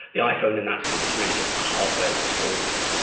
the iphone in that sense is really just the hardware that stores it.